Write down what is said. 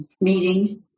meeting